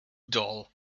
dull